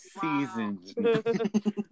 seasoned